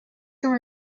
dans